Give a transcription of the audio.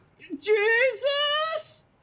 Jesus